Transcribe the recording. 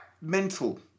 Mental